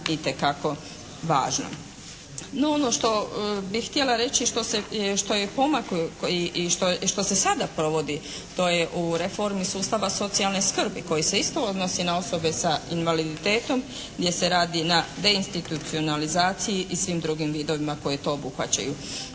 itekako važno. No ono što bih htjela reći, što se, što je pomak i što se sada provodi to je u reformi sustava socijalne skrbi koji se isto odnosi na osobe sa invaliditetom gdje se radi na deinstitucionalizaciji i svim drugim vidovima koje to obuhvaćaju.